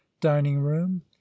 dining-room